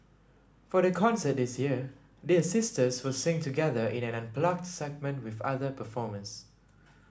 for the concert this year the sisters will sing together in an unplugged segment with other performers